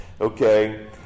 Okay